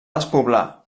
despoblar